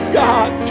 god